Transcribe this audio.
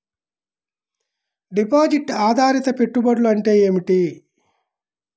Deposit ఆధారిత పెట్టుబడులు అంటే ఏమిటి?